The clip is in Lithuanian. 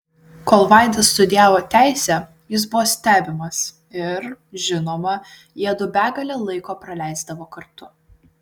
kol vaida studijavo teisę jis buvo stebimas ir žinoma jiedu begalę laiko praleisdavo kartu